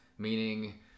meaning